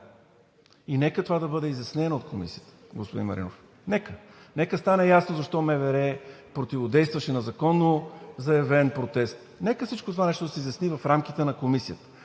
И нека това да бъде изяснено от комисията, господин Маринов, нека. Нека стане ясно защо МВР противодействаше на законно заявен протест, нека всичкото това нещо да се изясни в рамките на комисията.